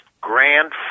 Grand